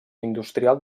industrial